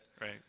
Right